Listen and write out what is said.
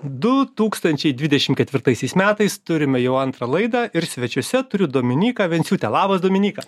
du tūkstančiai dvidešimt ketvirtaisiais metais turime jau antrą laidą ir svečiuose turiu dominyka venciūtė labas dominyka